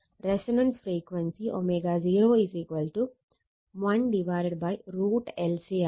resonance frequency ω0 1√LC ആണ്